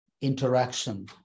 interaction